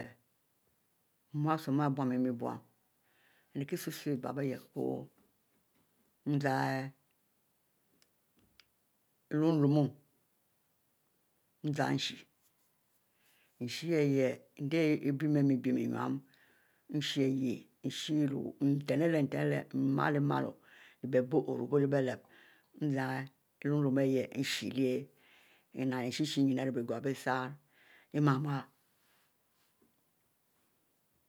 Nyisum ari byunni-byunni ari kie susieh ibipe leh epo zan ilum-lumu ishiel, isheh yah ibinn-miel binne nten leh nten leh inilo inile bie bieh ourrobo leh bie lep zari ilum-ilumu ihieh ishieh ishieh bie kunni, bie sari ima-miele